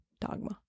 Dogma